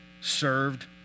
served